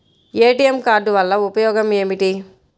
ATM card వల్ల లాభం ఏమిటి?